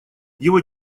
его